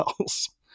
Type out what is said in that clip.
else